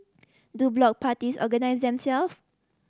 do block parties organise themselves